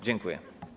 Dziękuję.